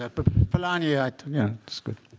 ah but polanyi, ah it's good.